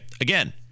Again